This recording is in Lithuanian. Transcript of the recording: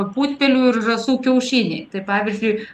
putpelių ir žąsų kiaušiniai tai pavyzdžiui